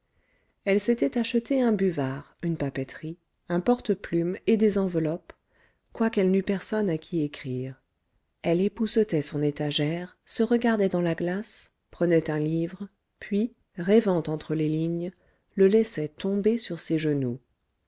elle s'était acheté un buvard une papeterie un porte-plume et des enveloppes quoiqu'elle n'eût personne à qui écrire elle époussetait son étagère se regardait dans la glace prenait un livre puis rêvant entre les lignes le laissait tomber sur ses genoux